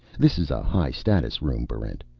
this is a high-status room, barrent.